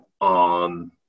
on